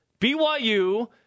BYU